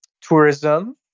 tourism